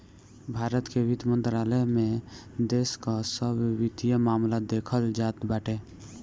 भारत के वित्त मंत्रालय में देश कअ सब वित्तीय मामला देखल जात बाटे